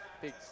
big